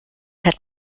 hat